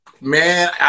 Man